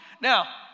Now